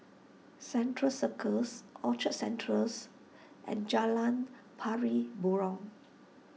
Central Circus Orchard Centrals and Jalan Pari Burong